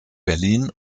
berlin